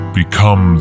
become